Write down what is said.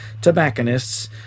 tobacconists